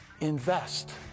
invest